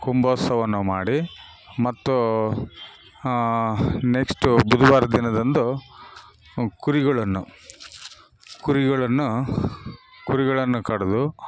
ಕುಂಭೋತ್ಸವನ್ನು ಮಾಡಿ ಮತ್ತು ನೆಕ್ಸ್ಟು ಬುಧವಾರ ದಿನದಂದು ಕುರಿಗಳನ್ನು ಕುರಿಗಳನ್ನು ಕುರಿಗಳನ್ನು ಕಡಿದು